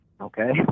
Okay